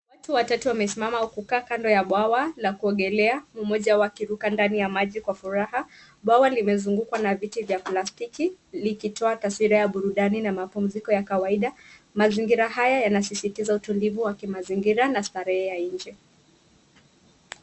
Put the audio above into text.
Watu watatu wamesimama au kukaa kando ya bwawa la kuogelea, mmoja wao akiruka ndani ya maji kwa furaha. Bwawa limezungukwa na viti vya plastiki, likitoa taswira ya burudani na mapumziko ya kawaida. Mazingira haya yanasisitiza utulivu wa kimazingira na starehe ya nchi.